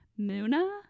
Muna